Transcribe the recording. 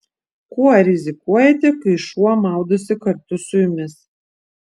kuo rizikuojate kai šuo maudosi kartu su jumis